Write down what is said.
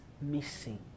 missing